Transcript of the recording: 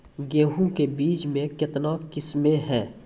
गेहूँ के बीज के कितने किसमें है?